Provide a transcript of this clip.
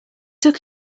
took